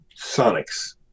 Sonics